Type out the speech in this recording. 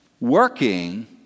working